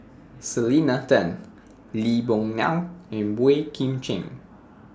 Selena Tan Lee Boon Ngan and Boey Kim Cheng